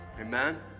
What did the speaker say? Amen